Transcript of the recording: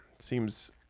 seems